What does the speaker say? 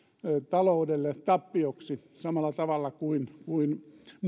taloudelle tappioksi samalla tavalla kuin kuin